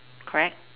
correct